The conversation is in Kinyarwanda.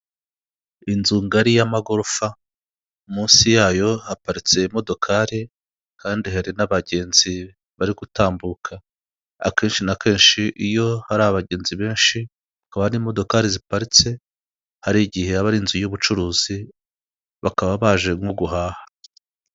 Iki ni icyumba k'inama y'imwe muri kampani runaka, aho abayobozi bashobora guhurira mu kwiga ku ngingo zitandukanye no gukemura ibibazo byagaragaye.